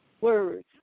words